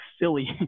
silly